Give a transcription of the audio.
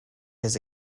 his